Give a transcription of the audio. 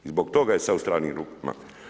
I zbog toga je sada u stranim rukama.